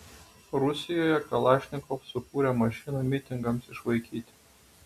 rusijoje kalašnikov sukūrė mašiną mitingams išvaikyti